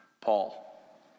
Paul